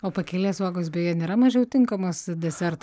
o pakelės uogos beje nėra mažiau tinkamos desert